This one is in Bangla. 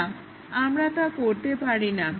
না আমরা তা করতে পারিনা